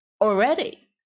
already